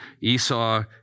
Esau